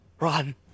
run